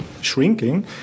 shrinking